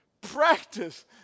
Practice